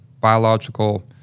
biological